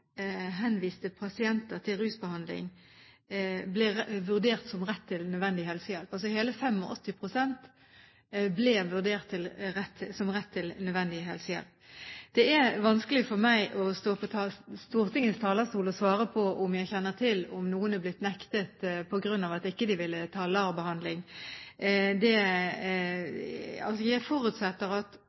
henviste pasienter til rusbehandling ble vurdert som pasienter med rett til nødvendig helsehjelp. Hele 85 pst. ble vurdert som pasienter med rett til nødvendig helsehjelp. Det er vanskelig for meg å stå på Stortingets talerstol og svare på om jeg kjenner til at noen er blitt nektet behandling på grunn av at man ikke ville ta LAR-behandling. Jeg forutsetter at